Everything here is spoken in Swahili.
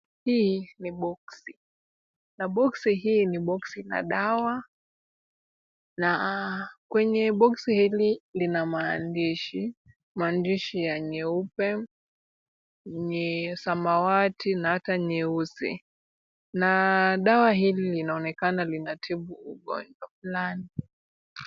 Hii ni boksi na boksi hii ni boksi na dawa na kwenye boksi hili lina maandishi. Maandishi ya nyeupe, ni samawati na hata nyeusi na dawa hili linaonekana linatibu ugonjwa fulani.